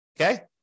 Okay